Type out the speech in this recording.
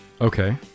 Okay